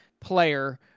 player